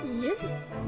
Yes